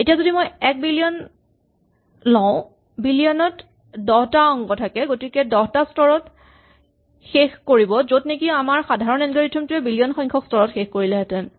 এতিয়া যদি আমি এক বিলিয়ন লওঁ বিলিয়ন ত ১০ টা অংক থাকে গতিকে ই দহটা স্তৰত শেষ কৰিব য'ত নেকি আমাৰ সাধাৰণ এলগৰিথম টোৱে বিলিয়ন সংখ্যক স্তৰত শেষ কৰিলেহেতেন